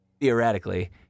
theoretically